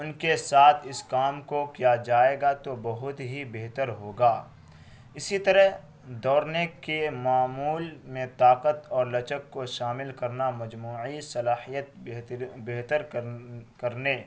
ان کے ساتھ اس کام کو کیا جائے گا تو بہت ہی بہتر ہوگا اسی طرح دوڑنے کے معمول میں طاقت اور لچک کو شامل کرنا مجموعی صلاحیت بہتری بہتر کر کرنے